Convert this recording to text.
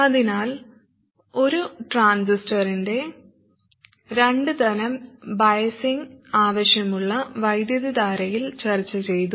അതിനാൽ ഒരു ട്രാൻസിസ്റ്ററിൻറെ രണ്ട് തരം ബയസിങ് ആവശ്യമുള്ള വൈദ്യുതധാരയിൽ ചർച്ചചെയ്തു